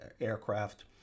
aircraft